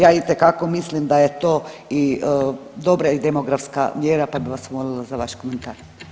Ja itekako mislim da je to i dobra i demografska mjera pa bi vas molila za vaš komentar.